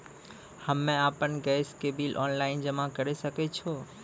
हम्मे आपन गैस के बिल ऑनलाइन जमा करै सकै छौ?